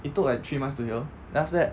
it took like three months to heal then after that